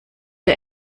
der